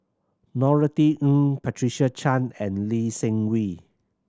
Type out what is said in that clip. Norothy Ng Patricia Chan and Lee Seng Wee